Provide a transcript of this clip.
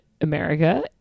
america